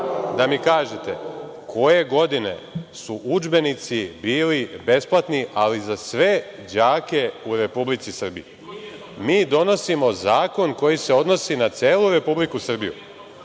dinara, koje godine su udžbenici bili besplatni, ali za sve đake u Republici Srbiji. Mi donosimo zakon koji se odnosi na celu Republiku Srbiju,